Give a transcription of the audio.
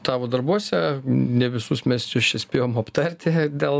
tavo darbuose ne visus mes čia spėjom aptarti dėl